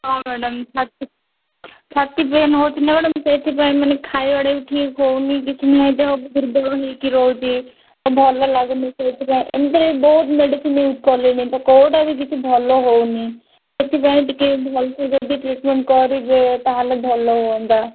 ହଁ ମାଡ଼ାମ୍ ଛାତି ଛାତି ପେନ୍ ହେଉଛି ନା ମ୍ୟାଡ଼ାମ୍ ସେଇଥିପାଇଁ ମାନେ ଖାଇବାଟା ବି ଠିକ୍ ହଉନି କିଛି ନାହିଁ ଦୁର୍ବଳ ହେଇକି ରହୁଛି ଆଉ ଭଲ ଲାଗୁନି ସେଇଥିପାଇଁ ଏମିତିରେ ବି ବହୁତ ମେଡ଼ିସିନ୍ ୟ୍ୟୁଜ୍ କଲିଣି ତ କେଉଁଟା ବି କିଛି ଭଲ ହଉନି ସେଥିପାଇଁ ଟିକେ ଭଲ ସେ ଯଦି ଟ୍ରିଟ୍ମେଣ୍ଟ କରିବେ ତା'ହେଲେ ଭଲ ହୁଅନ୍ତା